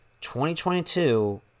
2022